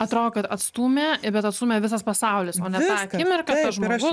atrodo kad atstūmė bet atstūmė visas pasaulis o ne tą akimirką tas žmogus